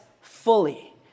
fully